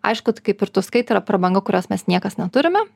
aišku tu kaip ir tu sakai tai yra prabanga kurios mes niekas neturime